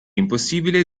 impossibile